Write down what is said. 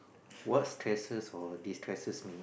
what stresses or destresses me